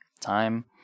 time